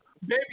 Baby